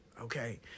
okay